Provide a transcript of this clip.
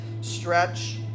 Stretch